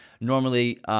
normally—